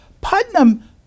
Putnam